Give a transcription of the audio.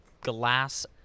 glass